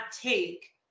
take